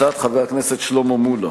הצעת חבר הכנסת שלמה מולה.